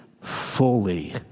fully